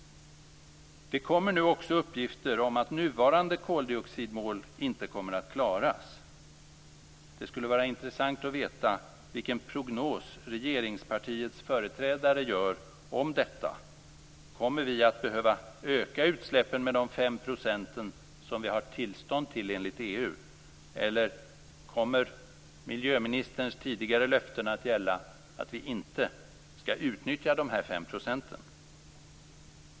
Det kommer nu också uppgifter om att nuvarande koldioxidmål inte kommer att klaras. Det skulle vara intressant att veta vilken prognos regeringspartiets företrädare gör om detta. Kommer vi att behöva öka utsläppen med de 5 % som vi har tillstånd till enligt EU, eller kommer miljöministerns tidigare löften att gälla, dvs. att vi inte skall utnyttja detta?